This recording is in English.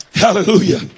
Hallelujah